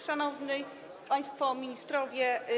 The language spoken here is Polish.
Szanowni Państwo Ministrowie!